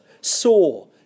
saw